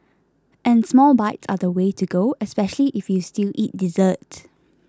and small bites are the way to go especially if you still eat dessert